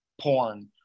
porn